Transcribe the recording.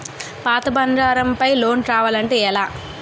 పాత బంగారం పై లోన్ కావాలి అంటే ఎలా?